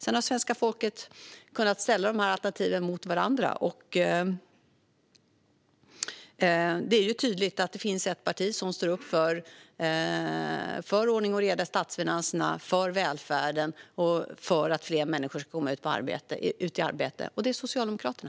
Sedan har svenska folket kunnat ställa dessa alternativ mot varandra. Det är tydligt att det finns ett parti som står upp för ordning och reda i statsfinanserna, för välfärden och för att fler människor ska komma ut i arbete, och det är Socialdemokraterna.